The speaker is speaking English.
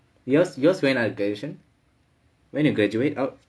yours yours when ah graduation when you graduate out